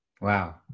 Wow